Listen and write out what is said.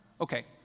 Okay